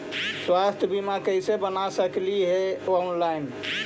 स्वास्थ्य बीमा कैसे बना सकली हे ऑनलाइन?